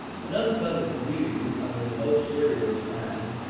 another public duty, of a most serious kind,